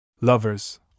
Lovers